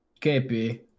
KP